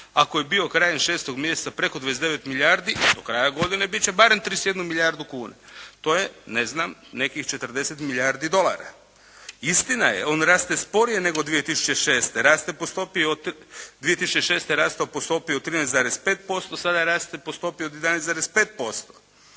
ako je bio krajem 6. mjeseca preko 29 milijardi do kraja godine bit će barem 31 milijardu kuna. To je, ne znam, nekih 40 milijardi dolara. Istina je on raste sporije nego 2006. Raste po stopi od 2006. je rastao po stopi od 13,5%. Sada raste po stopi od 11,5%.